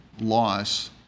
loss